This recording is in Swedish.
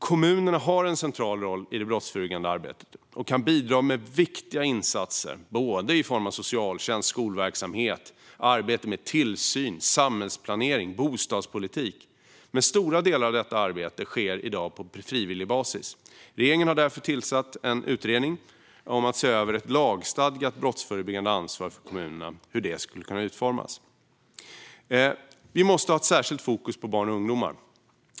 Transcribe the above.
Kommunerna har en central roll i det brottsförebyggande arbetet och kan bidra med viktiga insatser i form av socialtjänst, skolverksamhet, arbete med tillsyn, samhällsplanering och bostadspolitik. Men stora delar av detta arbete sker i dag på frivillig basis. Regeringen har därför tillsatt en utredning om att se över hur ett lagstadgat brottsförebyggande ansvar för kommunerna skulle kunna utformas. Vi måste ha ett särskilt fokus på barn och ungdomar.